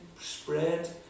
spread